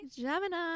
Gemini